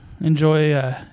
Enjoy